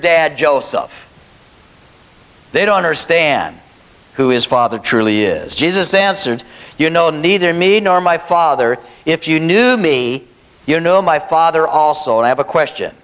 dad joseph they don't understand who is father truly is jesus answered you know neither me nor my father if you knew me you know my father also i have a question